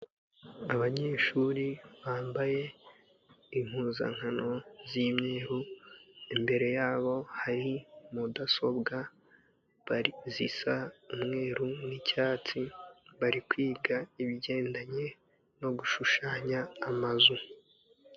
Abanyeshuri bambaye impuzankano z'imyeru, imbere yabo hari mudasobwa zisa umweru n'icyatsi bari kwiga ibigendanye no gushushanya amazu.